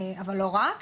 אבל לא רק.